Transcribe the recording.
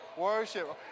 Worship